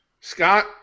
Scott